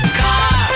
car